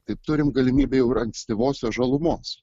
taip turim galimybę jau ir ankstyvosios žalumos